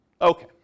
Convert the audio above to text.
okay